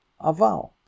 aval